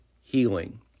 healing